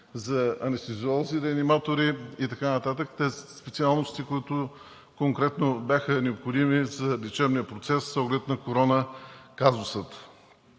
за анестезиолози, реаниматори и така нататък, за тези специалности, които конкретно бяха необходими за лечебния процес с оглед на корона казуса.